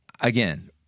again